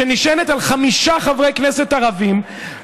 שנשענת על חמישה חברי כנסת ערבים,